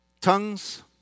Tongues